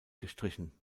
gestrichen